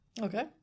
okay